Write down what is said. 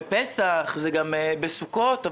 פסח וסוכות,